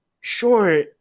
sure